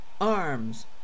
arms